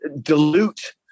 dilute